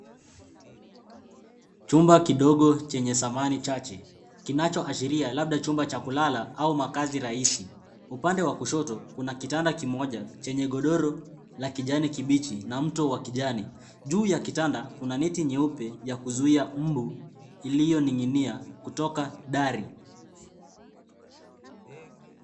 Chumba kidogo chenye samani chache kinachoashiria labda chumba cha kulala au makazi rahisi ,upande wa kushoto kuna kitanda kimoja chenye godoro la kijani kibichi na mto wa kijani ,juu ya kitanda kuna neti nyeupe ya kuzuia mbu iliyoning'inia kutoka dari.